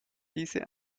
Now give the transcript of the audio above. diese